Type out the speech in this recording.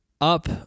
up